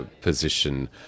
position